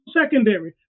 secondary